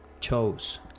chose